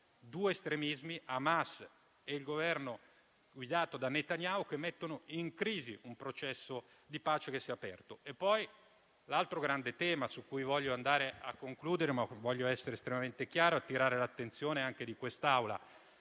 Due estremismi, Hamas e il Governo guidato da Netanyahu, che mettono in crisi un processo di pace che si è aperto. L'altro grande tema su cui voglio andare a concludere, ma anche essere estremamente chiaro e attirare l'attenzione di quest'Assemblea,